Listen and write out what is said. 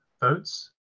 votes